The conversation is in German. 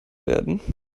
werden